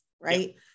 right